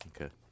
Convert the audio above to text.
Okay